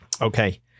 Okay